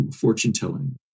fortune-telling